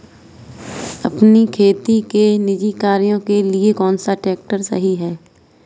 अपने खेती के निजी कार्यों के लिए कौन सा ट्रैक्टर सही है?